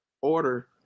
order